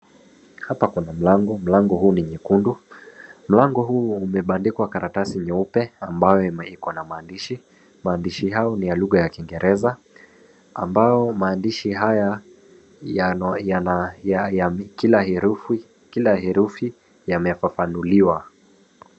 Hapa kuna mlango, mlango huu ni nyekundu. Mlango huu umebamdikwa karatasi nyeupe ambayo iko na maandishi. Maandishi hayo ni ya lugha ya kingereza ambao maandishi haya kila herufi yamefafanuliwa.